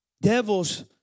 Devil's